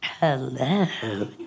hello